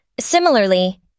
Similarly